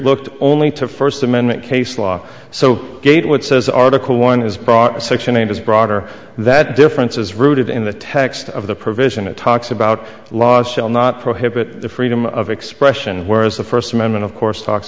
looked only to first amendment case law so gatewood says article one is broad section eight is broader that difference is rooted in the text of the provision it talks about laws shall not prohibit the freedom of expression whereas the first amendment of course talks